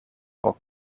pro